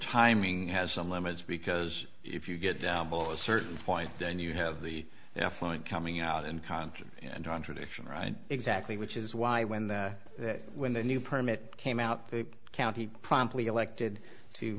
timing has some limits because if you get down below a certain point then you have the effluent coming out and contract and on tradition right exactly which is why when the when the new permit came out the county promptly elected to